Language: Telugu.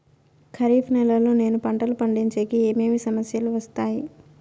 ఖరీఫ్ నెలలో నేను పంటలు పండించేకి ఏమేమి సమస్యలు వస్తాయి?